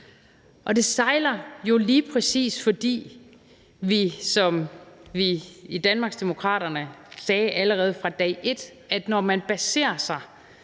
Og det sejler jo lige præcis, fordi, som vi i Danmarksdemokraterne sagde allerede fra dag et, at når man danner en